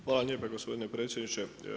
Hvala lijepa gospodine predsjedniče.